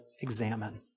examine